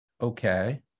okay